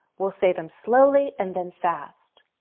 we'll say them slowly and then fast.